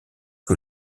que